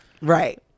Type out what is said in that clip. right